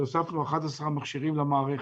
כשהוספנו 11 מכשירים למערכת.